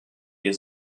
wir